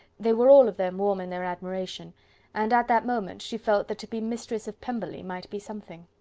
they were all of them warm in their admiration and at that moment she felt that to be mistress of pemberley might be something!